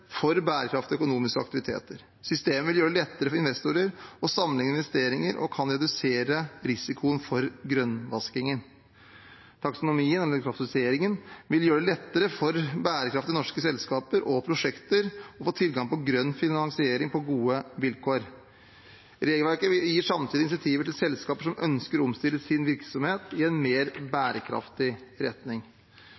for bærekraftige økonomiske aktiviteter. Systemet vil gjøre det lettere for investorer å sammenligne investeringer og kan redusere risikoen for grønnvasking. Taksonomien, klassifiseringen, vil gjøre det lettere for bærekraftige norske selskaper og prosjekter å få tilgang til grønn finansiering på gode vilkår. Regelverket gir samtidig insentiver til selskaper som ønsker å omstille sin virksomhet i en mer